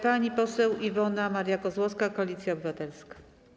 Pani poseł Iwona Maria Kozłowska, Koalicja Obywatelska.